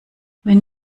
wenn